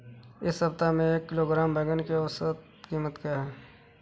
इस सप्ताह में एक किलोग्राम बैंगन की औसत क़ीमत क्या है?